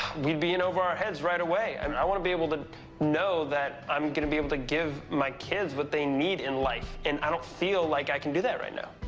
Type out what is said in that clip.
we'd be in over our heads right away. and i mean i want to be able to know that i'm gonna be able to give my kids what they need in life, and i don't feel like i can do that right now.